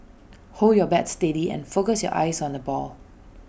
hold your bat steady and focus your eyes on the ball